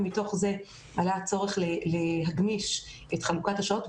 ומתוך זה עלה הצורך להגמיש את חלוקת השעות.